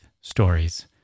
stories